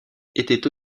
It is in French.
était